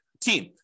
Team